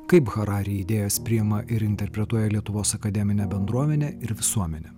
kaip harari idėjas priima ir interpretuoja lietuvos akademinė bendruomenė ir visuomenė